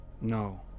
No